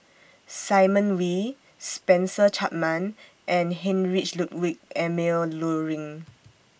Simon Wee Spencer Chapman and Heinrich Ludwig Emil Luering